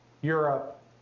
Europe